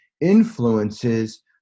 influences